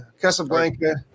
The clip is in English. Casablanca